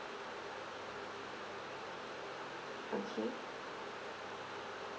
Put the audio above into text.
okay